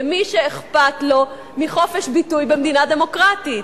מי שאכפת לו מחופש ביטוי במדינה דמוקרטית,